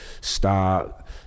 stop